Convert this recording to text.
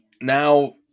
now